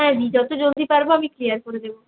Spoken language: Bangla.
হ্যাঁ দি যত জলদি পারবো আমি ক্লিয়ার করে দেবো